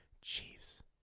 Chiefs